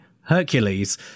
Hercules